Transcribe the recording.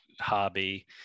hobby